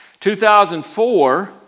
2004